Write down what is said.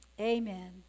Amen